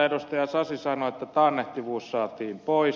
sasi sanoi että taannehtivuus saatiin pois